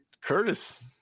Curtis –